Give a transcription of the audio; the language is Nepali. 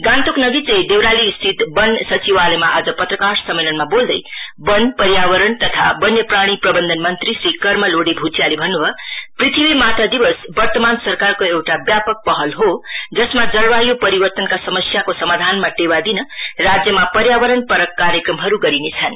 गान्तोक नगीचै देवरालीस्थित वन सचिवालयमा आज पत्रकार सम्मेलनमा बोल्दै वन पर्यावरण तथा वन्यजीव प्रबन्धन मन्त्री श्री कर्मा लोडे भ्टियाले भन्न् भयो पृथ्वी माता दिवस वर्तमान सरकारको एउटा व्यापक पहल हो जसमा जलवाय् परिवर्तनको समस्याको समाधानमा टेवा दिन राज्यमा पर्यावरण परख कार्यक्रमहरू गरिनेछन्